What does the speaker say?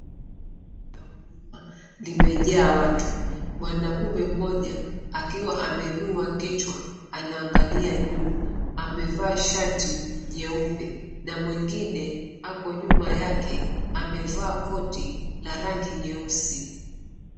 Duka la huduma limejaa watu. Mwanaume mmoja akiwa ameunua kichwa anaangalia juu, amevaa shati nyeupe na mwingine ako nyuma yake amevaa koti la rangi nyeusi.